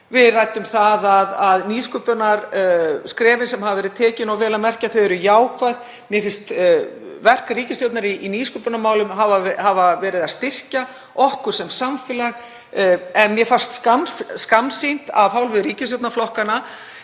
Við ræddum nýsköpunarskrefin sem hafa verið tekin og vel að merkja eru þau jákvæð. Mér finnst verk ríkisstjórnarinnar í nýsköpunarmálum hafa verið að styrkja okkur sem samfélag. En mér fannst það skammsýni af hálfu ríkisstjórnarflokkanna